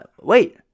wait